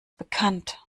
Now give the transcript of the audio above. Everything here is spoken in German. bekannt